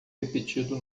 repetido